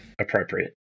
appropriate